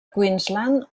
queensland